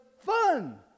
fun